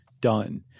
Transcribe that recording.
done